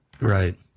Right